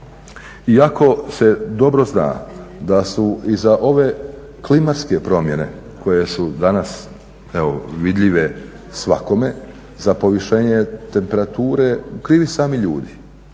iako se dobro zna da su i za ove klimatske promjene koje su danas evo vidljive svakome, za povišenje temperature krivi sami ljudi.